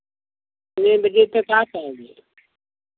कितने बजे तक आ जाएँगे